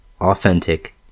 authentic